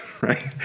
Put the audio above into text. Right